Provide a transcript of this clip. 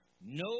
No